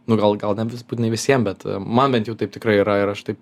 nu gal gal nebus būtinai visiem bet man bent jau taip tikrai yra ir aš taip